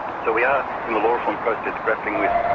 so we are in the law reform process grappling with